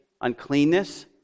uncleanness